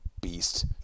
beast